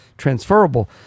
Transferable